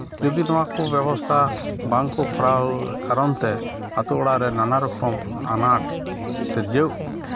ᱡᱚᱫᱤ ᱱᱚᱣᱟ ᱠᱚ ᱵᱮᱵᱚᱥᱛᱷᱟ ᱵᱟᱝ ᱠᱚ ᱠᱚᱨᱟᱣ ᱠᱟᱨᱚᱱ ᱛᱮ ᱟᱛᱳ ᱚᱲᱟᱜ ᱨᱮ ᱱᱟᱱᱟ ᱨᱚᱠᱚᱢ ᱟᱱᱟᱴ ᱥᱤᱨᱡᱟᱹᱣ